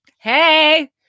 hey